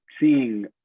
seeing